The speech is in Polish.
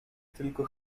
tylko